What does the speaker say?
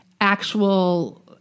actual